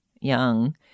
young